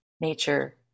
nature